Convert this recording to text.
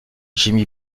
jimmy